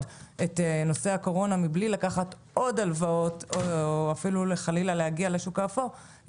את הקורונה מבלי לקחת עוד הלוואות או חלילה להגיע לשוק האפור,